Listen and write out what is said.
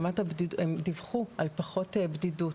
הם דיווחו על פחות בדידות.